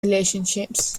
relationships